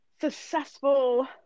successful